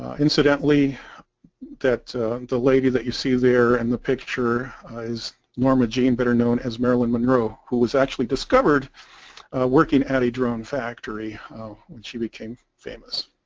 ah incidentally that the lady that you see there in and the picture is norma jean better known as marilyn monroe who was actually discovered working at a drone factory when she became famous.